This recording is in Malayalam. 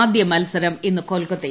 ആദ്യ മത്സരം ഇന്ന് കൊൽക്കത്തയിൽ